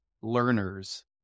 learners